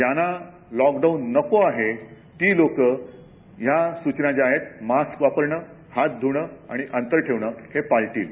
ज्यांना लॉकडाऊन नको आहे ती लोकं या सूचना ज्या आहेत मास्क वापरणे हात धूणं आंतर ठवणे हे पाळतील